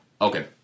Okay